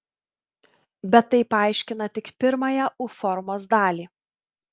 bet tai paaiškina tik pirmąją u formos dalį